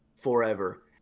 forever